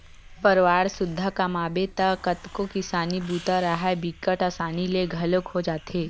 परवार सुद्धा कमाबे त कतको किसानी बूता राहय बिकट असानी ले घलोक हो जाथे